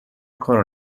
کار